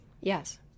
Yes